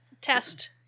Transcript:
test